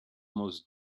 most